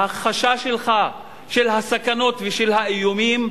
ההכחשה שלך של הסכנות ושל האיומים,